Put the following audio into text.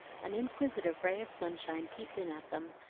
an inquisitive ray of sunshine peeped in at them,